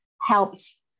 helps